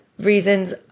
reasons